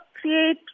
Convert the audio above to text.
create